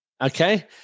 Okay